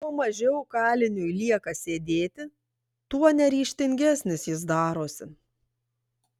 kuo mažiau kaliniui lieka sėdėti tuo neryžtingesnis jis darosi